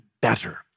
better